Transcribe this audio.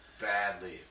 Badly